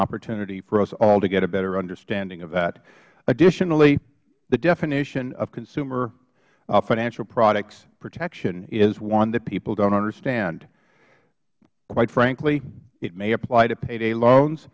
opportunity for us all to get a better understanding of that additionally the definition of consumer financial products protection is one that people don't understand quite frankly it may apply to payday loans